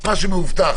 מה שמאובטח